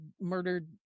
murdered